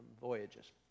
voyages